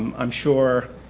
um i'm sure,